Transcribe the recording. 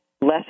less